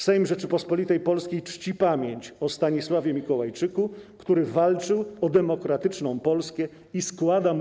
Sejm Rzeczypospolitej Polskiej czci pamięć o Stanisławie Mikołajczyku, który walczył o demokratyczną Polskę, i składa mu hołd”